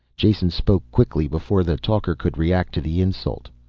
jason spoke quickly, before the talker could react to the insult.